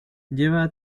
lleva